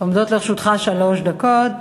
עומדות לרשותך שלוש דקות.